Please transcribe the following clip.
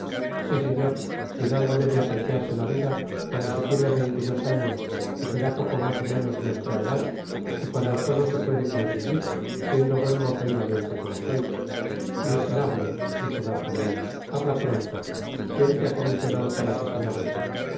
si señor si en algo debe apreciarse la vida cuando se tiene veinte y dos años que será poco mas ó menos vuestra edad y cuando todo se puede conseguir siendo buen mozo y valiente como sois miserable dijo d'artagnan habla pronto quien te ha comisionado para asesinarme